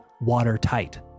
watertight